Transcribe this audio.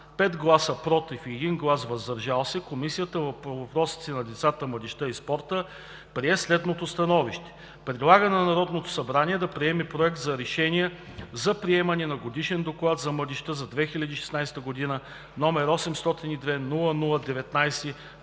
5 гласа „против“ и 1 глас „въздържал се“, Комисията по въпросите на децата, младежта и спорта прие следното становище: Предлага на Народното събрание да приеме Проект за решение за приемане на Годишен доклад за младежта за 2016 г., № 802-00-19,